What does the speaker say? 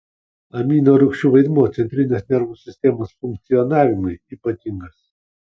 aminorūgščių vaidmuo centrinės nervų sistemos funkcionavimui ypatingas